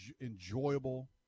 enjoyable